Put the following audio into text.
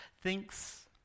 thinks